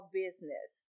business